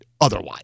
otherwise